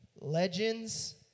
legends